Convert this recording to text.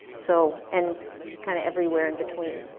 so and kind of everywhere in between.